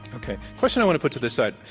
okay, a question i want to put to this side.